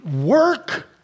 work